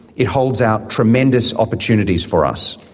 it holds out tremendous opportunities for us.